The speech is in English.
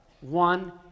one